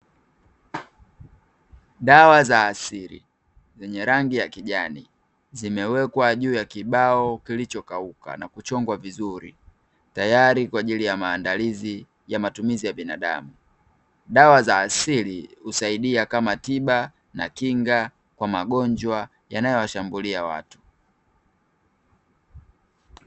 Dawa za asili yenye rangi ya kijani zimewekwa juu ya kibao kilichokauka na kuchongwa vizuri tayari kwa ajili ya maandalizi ya matumizi ya binadamu. Dawa za asili husaidia kama tiba na kinga kwa magonjwa yanayowashambulia watu.